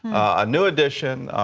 a new edition,